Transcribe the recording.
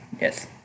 Yes